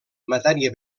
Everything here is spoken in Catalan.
matèria